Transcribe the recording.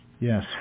Yes